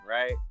right